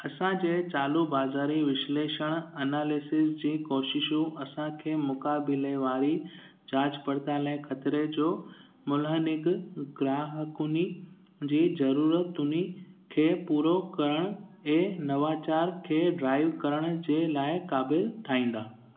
असांजे चालू बाज़ारी विश्लेषण अनालिसिस जी कोशिशूं असांखे मुक़ाबिले वारी जांच पड़ताल ऐं ख़तिरे जो मुलहानिकु ग्राहकुनि जे ज़रूरतुनि खे पूरो करण ऐ नवाचार खे ड्राईव करण जे लाइ क़ाबिल ठाहींदा